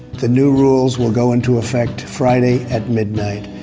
the new rules will go into effect friday at midnight.